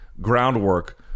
groundwork